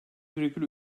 virgül